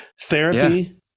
therapy